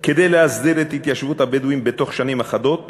5. כדי להסדיר את התיישבות הבדואים בתוך שנים אחדות